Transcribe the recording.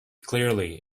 clearly